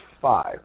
five